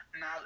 now